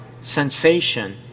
sensation